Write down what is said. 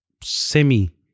semi